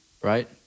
right